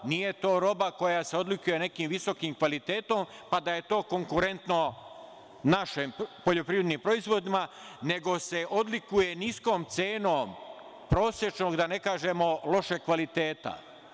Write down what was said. Nije to roba koja se odlikuje nekim visokim kvalitetom, pa da je to konkurentno našim poljoprivrednim proizvodima, nego se odlikuje niskom cenom prosečnog, da ne kažemo, lošeg kvaliteta.